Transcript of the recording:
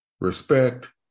respect